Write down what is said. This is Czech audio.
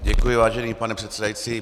Děkuji, vážený pane předsedající.